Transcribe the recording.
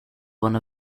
one